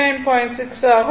6 ஆகும்